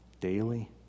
daily